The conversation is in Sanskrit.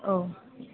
ओ